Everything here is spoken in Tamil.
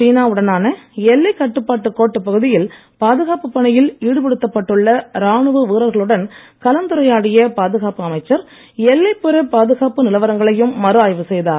சீனாவுடனான எல்லை கட்டுப்பாட்டு கோட்டு பகுதியில் பாதுகாப்பு பணியில் ஈடுபடுத்தப்பட்டுள்ள ராணுவ வீரர்களுடன் கலந்துரையாடிய பாதுகாப்பு அமைச்சர் எல்லைப்புற பாதுகாப்பு நிலவரங்களையும் மறு ஆய்வு செய்தார்